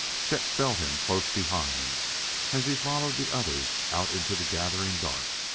chet felt him close behind as he followed the others out into the gathering dark.